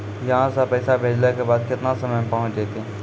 यहां सा पैसा भेजलो के बाद केतना समय मे पहुंच जैतीन?